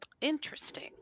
interesting